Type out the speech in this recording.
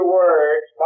words